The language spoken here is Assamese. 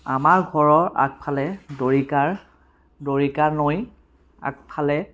আমাৰ ঘৰৰ আগফালে দৰিকাৰ দৰিকা নৈ আগফালে